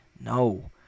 No